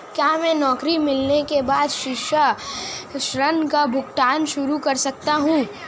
क्या मैं नौकरी मिलने के बाद शिक्षा ऋण का भुगतान शुरू कर सकता हूँ?